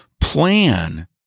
plan